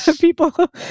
people